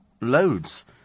loads